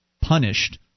punished